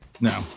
No